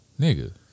Nigga